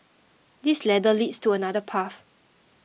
this ladder leads to another path